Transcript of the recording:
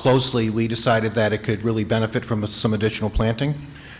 closely we decided that it could really benefit from some additional planting